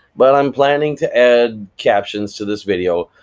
but i'm planning to add captions to this video,